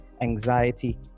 anxiety